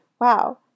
Wow